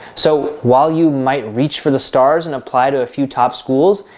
so while you might reach for the stars and apply to a few top schools,